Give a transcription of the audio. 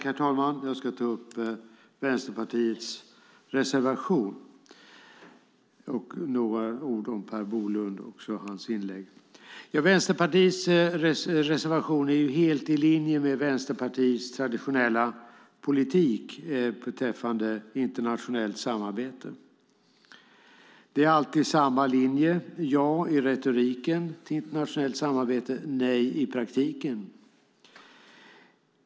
Herr talman! Jag ska ta upp Vänsterpartiets reservation och säga några ord om Per Bolunds inlägg. Vänsterpartiets reservation är helt i linje med Vänsterpartiets traditionella politik beträffande internationellt samarbete. Det är alltid samma linje: ja till internationellt samarbete i retoriken och nej i praktiken.